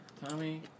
Tommy